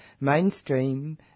mainstream